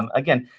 um again,